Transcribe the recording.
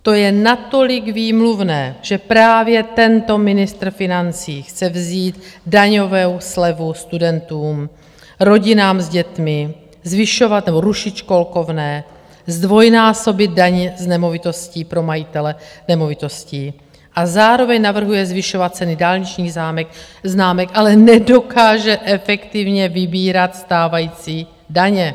To je natolik výmluvné, že právě tento ministr financí chce vzít daňovou slevu studentům, rodinám s dětmi, zvyšovat nebo rušit školkovné, zdvojnásobit daně z nemovitosti pro majitele nemovitostí, a zároveň navrhuje zvyšovat ceny dálničních známek, ale nedokáže efektivně vybírat stávající daně.